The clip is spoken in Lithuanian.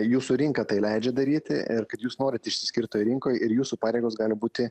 jūsų rinka tai leidžia daryti ir kad jūs norit išsiskirt toj rinkoj ir jūsų pareigos gali būti